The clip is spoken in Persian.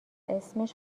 اسمش